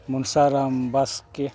Mansaram Baske